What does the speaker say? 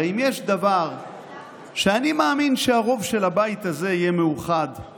הרי אם יש דבר שאני מאמין שהרוב של הבית הזה יהיה מאוחד בו,